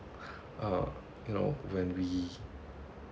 uh you know when we